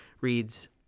reads